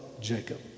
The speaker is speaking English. Jacob